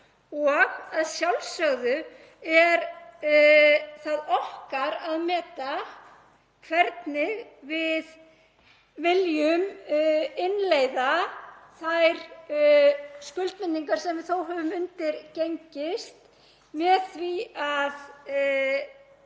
og að sjálfsögðu er það okkar að meta hvernig við viljum innleiða þær skuldbindingar sem við höfum undirgengist með því að